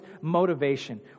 motivation